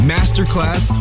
Masterclass